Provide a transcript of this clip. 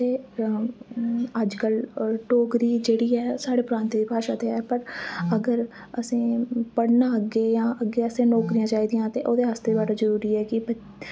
ते अजकल्ल डोगरी जेह्ड़ी ऐ साढ़े प्रांते दी भाशा ते है पर अगर असें पढ़ना अग्गे यां अग्गे असें नौकरियां चाहिदियां ते ओह्दे आस्ते बड़ा जरूरी ऐ कि